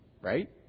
right